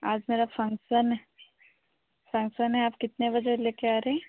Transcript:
आज मेरा function function है आप कितने बजे ले कर आ रहे हैं